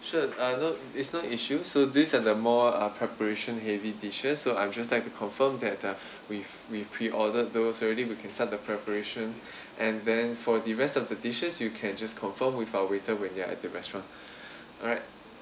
sure uh no is not an issue so these are the more uh preparation heavy dishes so I'm just like to confirm that uh with with pre ordered those already we can start the preparation and then for the rest of the dishes you can just confirm with our waiter when they're at the restaurant alright